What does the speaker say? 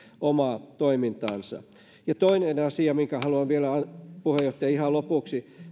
omaa toimintaansa toinen asia minkä haluan puheenjohtaja ihan lopuksi